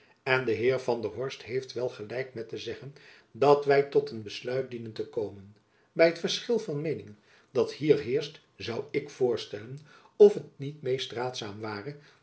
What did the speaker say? en de heer van der horst heeft wel gelijk met te zeggen dat wy tot een besluit dienen te komen by het verschil van meeningen dat hier heerscht zoû ik voorstellen of het niet meest raadzaam ware